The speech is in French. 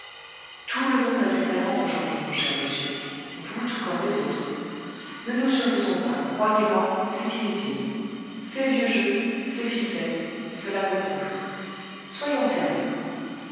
tout le monde a du talent aujourd'hui mon cher monsieur vous tout comme les autres ne nous surfaisons pas croyez-moi c'est inutile c'est vieux jeu c'est ficelle cela ne prend plus soyons sérieux